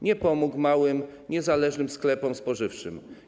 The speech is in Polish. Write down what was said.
Nie pomógł małym niezależnym sklepom spożywczym.